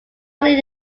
glynn